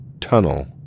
tunnel